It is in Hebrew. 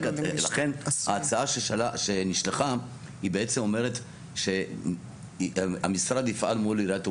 ולכן ההצעה שנשלחה היא בעצם אומרת שהמשרד יפעל מול עיריית ירושלים,